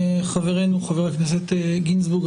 חברינו חבר הכנסת גינזבורג,